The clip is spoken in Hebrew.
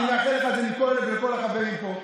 אני מאחל לך את זה מכל הלב ולכל החברים פה.